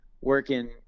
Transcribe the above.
working